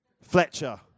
Fletcher